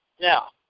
Now